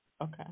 Okay